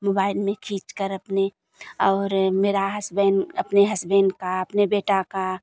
mobile में खींच कर अपने और मेरे हसबैंड अपने हसबेन की अपने बेटा की